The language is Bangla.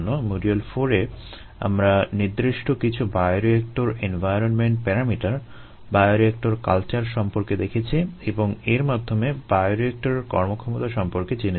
মডিউল 4 এ আমরা নির্দিষ্ট কিছু bioreactor environment parameter bioreactor culture সম্পর্কে দেখেছি এবং এর মাধ্যমে বায়োরিয়েক্টরের কর্মক্ষমতা সম্পর্কে জেনেছি